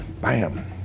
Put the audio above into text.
bam